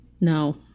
No